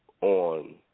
on